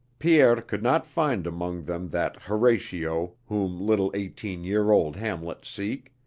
pierre could not find among them that horatio whom little eighteen-year-old hamlets seek.